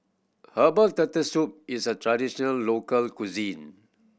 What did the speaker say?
herbals Turtle Soup is a traditional local cuisine